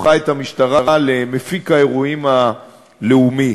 הפכה את המשטרה למפיק האירועים הלאומי,